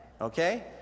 Okay